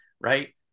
right